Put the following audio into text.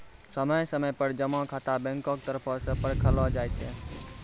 समय समय पर जमा खाता बैंको के तरफो से परखलो जाय छै